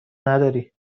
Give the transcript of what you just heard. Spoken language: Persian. نداری